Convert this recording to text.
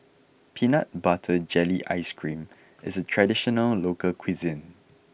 Peanut Butter Jelly Ice Cream is a traditional local cuisine